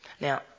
Now